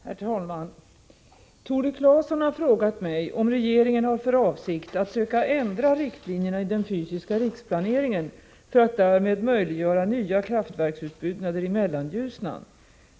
Herr talman! Tore Claeson har frågat mig om regeringen har för avsikt att söka ändra riktlinjerna i den fysiska riksplaneringen för att därmed möjliggöra nya kraftverksutbyggnader i Mellanljusnan.